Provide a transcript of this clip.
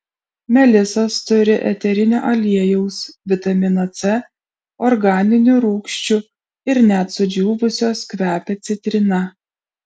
melisos turi eterinio aliejaus vitamino c organinių rūgščių ir net sudžiūvusios kvepia citrina